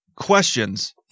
questions